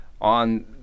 on